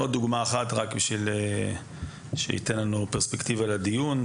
עוד דוגמה אחת כדי לקבל פרספקטיבה לדיון,